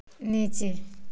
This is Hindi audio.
नीचे